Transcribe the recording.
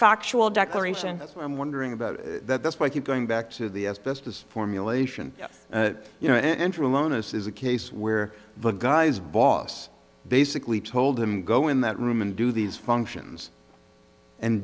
factual declaration that's what i'm wondering about that's why i keep going back to the asbestos formulation that you know andrew lowness is a case where the guy's boss basically told him go in that room and do these functions and